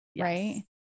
Right